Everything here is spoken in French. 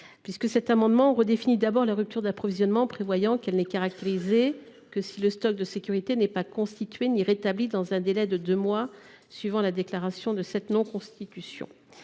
tend, d’abord, à redéfinir la rupture d’approvisionnement en prévoyant que celle ci n’est caractérisée que si le stock de sécurité n’est ni constitué ni rétabli dans un délai de deux mois suivant la déclaration de non constitution.